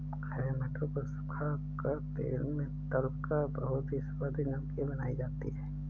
हरे मटर को सुखा कर तेल में तलकर बहुत ही स्वादिष्ट नमकीन बनाई जाती है